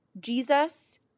Jesus